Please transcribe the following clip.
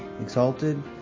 exalted